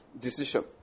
decision